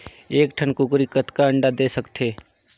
एक ठन कूकरी कतका अंडा दे सकथे?